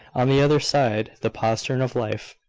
on the other side the postern of life.